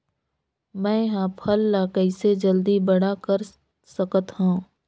मैं ह फल ला कइसे जल्दी बड़ा कर सकत हव?